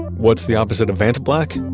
what's the opposite of vantablack?